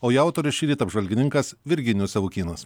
o jo autorius šįryt apžvalgininkas virginijus savukynas